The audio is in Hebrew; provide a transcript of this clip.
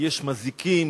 יש נזיקין,